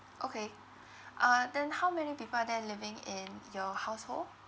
okay uh then how many people are there living in your household